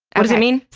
what does it mean?